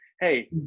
hey